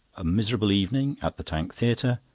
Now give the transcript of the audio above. a miserable evening at the tank theatre.